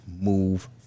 move